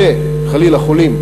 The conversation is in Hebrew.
וחלילה חולים,